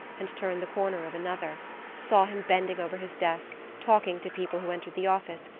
and turned the corner of another saw him bending over his desk, talking to people who entered the office,